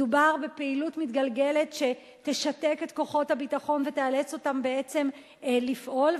מדובר בפעילות מתגלגלת שתשתק את כוחות הביטחון ותאלץ אותם בעצם לפעול.